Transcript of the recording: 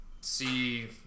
see